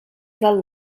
del